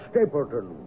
Stapleton